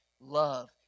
love